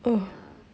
ya